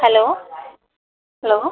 hello hello